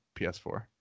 ps4